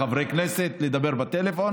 לחברי הכנסת לדבר בטלפון.